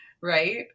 right